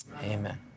Amen